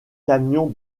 camions